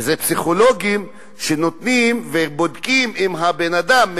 וזה פסיכולוגים שבודקים אם הבן-אדם אם